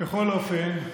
בכל אופן,